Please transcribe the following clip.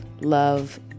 love